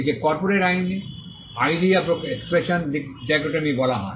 একে কর্পোরেট আইনে idea expression dichotomy বলা হয়